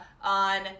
on